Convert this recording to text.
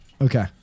Okay